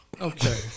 Okay